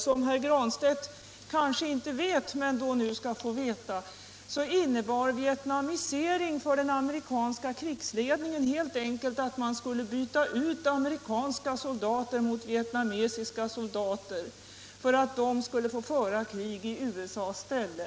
Som herr Granstedt kanske inte vet, men nu skall få veta, innebar ”vietnamisering” för den amerikanska krigsledningen helt enkelt att man skulle byta ut amerikanska soldater mot vietnamesiska för att de skulle få föra strid i USA:s ställe.